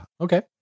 Okay